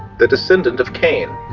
the descendent of cain,